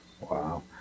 Wow